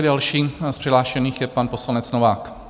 Další z přihlášených je pan poslanec Novák.